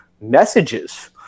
messages